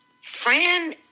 Fran